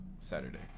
Saturday